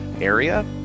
area